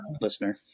listener